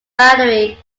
boundary